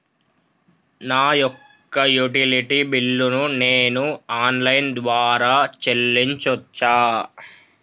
నా యొక్క utility bill ను నేను ఆన్ లైన్ ద్వారా చెల్లించొచ్చా?